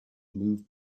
move